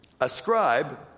Ascribe